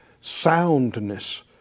soundness